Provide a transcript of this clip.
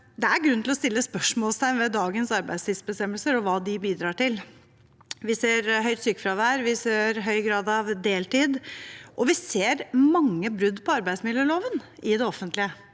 Det er grunn til å sette spørsmålstegn ved dagens arbeidstidsbestemmelser og hva de bidrar til. Vi ser høyt sykefravær. Vi ser høy grad av deltid, og vi ser mange brudd på arbeidsmiljøloven i det offentlige.